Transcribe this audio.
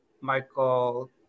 Michael